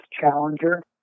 challenger